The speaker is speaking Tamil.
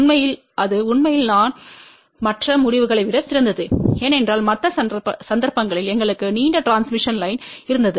உண்மையில் அது உண்மையில் தான் மற்ற முடிவுகளை விட சிறந்தது ஏனென்றால் மற்ற சந்தர்ப்பங்களில் எங்களுக்கு நீண்ட டிரான்ஸ்மிஷன் லைன் இருந்தது